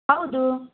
ಹೌದು